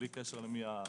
בלי קשר למי החייב.